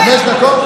חמש דקות?